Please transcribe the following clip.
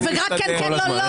ורק כן-כן, לא-לא.